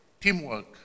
teamwork